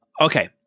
Okay